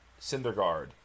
Cindergaard